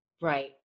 Right